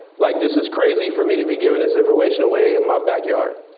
like this is crazy for me to be giving this information away in my backyard.